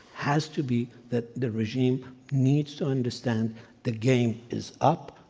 has to be the the regime needs to understand the game is up.